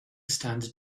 standard